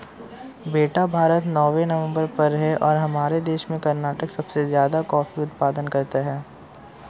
बेटा भारत नौवें नंबर पर है और हमारे देश में कर्नाटक सबसे ज्यादा कॉफी उत्पादन करता है